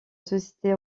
société